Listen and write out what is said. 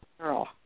girl